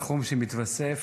סכום שמתווסף